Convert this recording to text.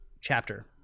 chapter